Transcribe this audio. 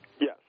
Yes